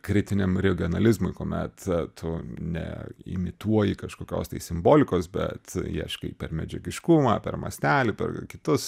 kritiniam reogionalizmui kuomet a tu ne imituoji kažkokios tai simbolikos bet ieškai per medžiagiškumą per mastelį per kitus